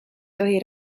tohi